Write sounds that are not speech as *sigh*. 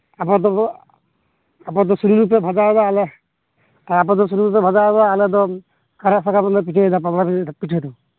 ᱟᱵᱚ ᱫᱚᱵᱚ ᱟᱵᱚ ᱫᱚ ᱥᱩᱱᱩᱢ ᱨᱮᱯᱮ ᱵᱷᱟᱡᱟᱭᱮᱫᱟᱭ ᱟᱯᱮ ᱫᱚ ᱥᱩᱱᱩᱢ ᱨᱮᱯᱮ ᱵᱷᱟᱡᱟᱣᱮᱫᱟ ᱟᱞᱮ ᱫᱚ ᱠᱟᱨᱦᱟ ᱥᱚᱨᱟ ᱨᱮᱞᱮ *unintelligible* ᱯᱤᱴᱷᱟᱹᱭᱮᱫᱟ ᱫᱚ